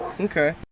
okay